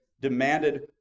demanded